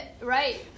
right